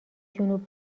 جنوب